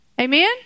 Amen